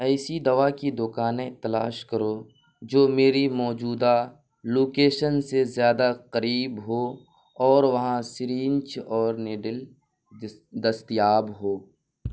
ایسی دوا کی دکانیں تلاش کرو جو میری موجودہ لوکیشن سے زیادہ قریب ہو اور وہاں سیرینج اور نیڈل دستیاب ہو